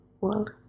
world